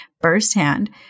firsthand